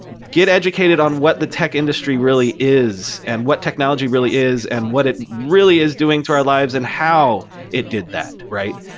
get educated on what the tech industry really is and what technology really is and what it really is doing to our lives and how it did that, right?